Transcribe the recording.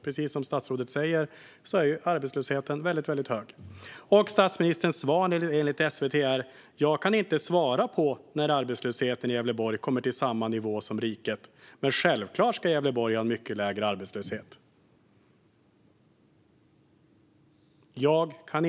Precis som statsrådet säger är arbetslösheten väldigt hög där. Svaret var: Jag kan inte svara på när arbetslösheten i Gävleborg kommer till samma nivå som riket, men självklart ska Gävleborg ha en mycket lägre arbetslöshet.